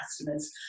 customers